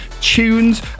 tunes